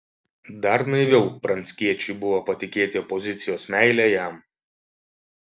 dar naiviau pranckiečiui buvo patikėti opozicijos meile jam